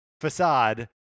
facade